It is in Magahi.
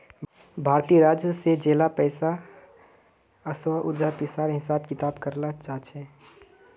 भारतीय राजस्व से जेला पैसा ओसोह उला पिसार हिसाब किताब कराल जाहा